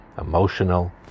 emotional